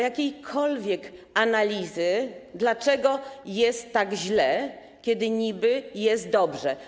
Jakiejkolwiek analizy, dlaczego jest tak źle, kiedy niby jest dobrze.